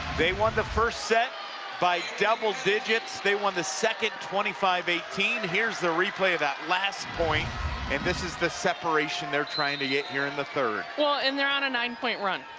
they won the first set by doubledigits they won the second twenty five eighteen. here's the replay of that last point and this is the separationthey're trying to get here in the third. well, and they're on a nine-point run.